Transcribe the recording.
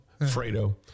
Fredo